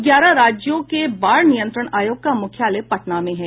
ग्यारह राज्यों के बाढ़ नियंत्रण आयोग का मुख्यालय पटना में है